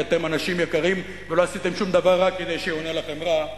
כי אתם אנשים יקרים ולא עשיתם שום דבר רע כדי שיאונה לכם רע,